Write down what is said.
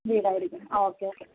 വീടായിരിക്കും ah okay okay